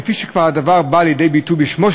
כפי שהדבר כבר בא לידי ביטוי בשמו,